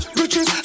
riches